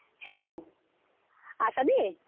hello Asha the